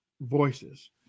voices